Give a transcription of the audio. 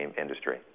industry